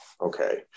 Okay